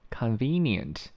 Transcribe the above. convenient